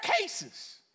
cases